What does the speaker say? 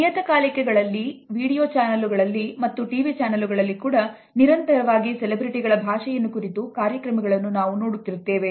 ನಿಯತಕಾಲಿಕೆಗಳಲ್ಲಿ video ಚಾನೆಲ್ಲುಗಳಲ್ಲಿ ಮತ್ತು TV ಚಾನೆಲ್ಲುಗಳಲ್ಲಿ ಕೂಡ ನಿರಂತರವಾಗಿ ಸೆಲೆಬ್ರಿಟಿಗಳ ಭಾಷೆಯನ್ನು ಕುರಿತು ಕಾರ್ಯಕ್ರಮಗಳನ್ನು ನಾವು ನೋಡುತ್ತಿರುತ್ತೇವೆ